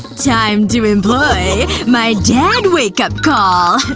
time to employ my dad wakeup call!